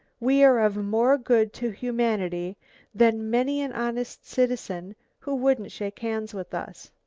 we are of more good to humanity than many an honest citizen who wouldn't shake hands with us.